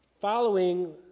following